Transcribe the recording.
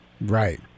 Right